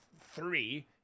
three